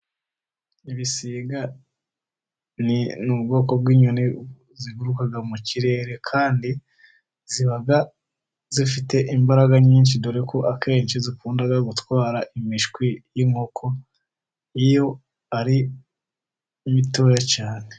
Ibisiga ni ubwoko bw'inyoni ziguruka mu kirere, kandi ziba zifite imbaraga nyinshi dore ko akenshi zikunda gutwara imishwi y'inkoko iyo ari mitoya cyane.